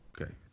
Okay